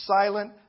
silent